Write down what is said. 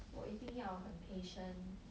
我一定要很 patient